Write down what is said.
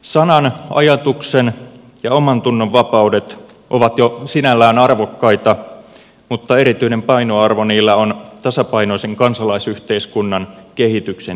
sanan ajatuksen ja omantunnonvapaudet ovat jo sinällään arvokkaita mutta erityinen painoarvo niillä on tasapainoisen kansalaisyhteiskunnan kehityksen edistämisessä